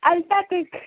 UltraTech